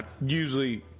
Usually